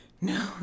no